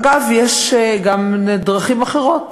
אגב, יש גם דרכים אחרות.